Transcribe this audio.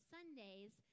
Sundays